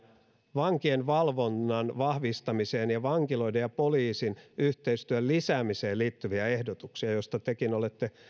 vankien valvonnan vahvistamiseen ja vankiloiden ja poliisin yhteistyön lisäämiseen liittyviä ehdotuksia joista tekin olette